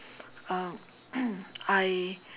um I